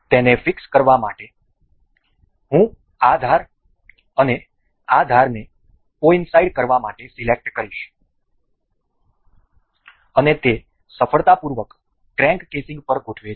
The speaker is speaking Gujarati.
તેને ફિક્સ કરવા માટે હું આ ધાર અને આ ધારને કોઈનસાઈડ કરવા માટે સિલેક્ટ કરીશ અને તે સફળતાપૂર્વક ક્રેન્ક કેસિંગ પર ગોઠવે છે